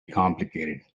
complicated